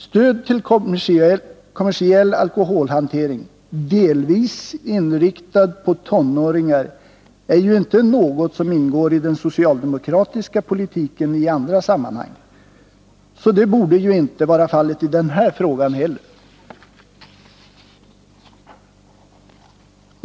Stöd till kommersiell alkoholhantering, delvis inriktad på tonåringar, ingår inte i den socialdemokratiska politiken i andra sammanhang, så det borde inte vara fallet i den här frågan heller.